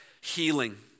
healing